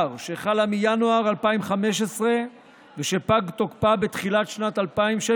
שחלה מינואר 2015 ושפג תוקפה בתחילת שנת 2016,